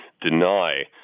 deny